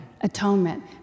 Atonement